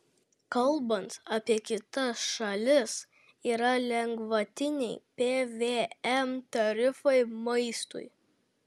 kalbant apie kitas šalis yra lengvatiniai pvm tarifai maistui